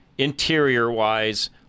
Interior-wise